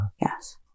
Yes